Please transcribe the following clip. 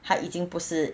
她已经不是